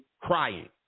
crying